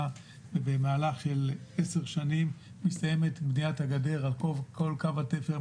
ובמהלך של עשר שנים מסתיימת בניית הגדר על כל קו התפר,